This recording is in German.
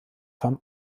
vom